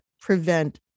prevent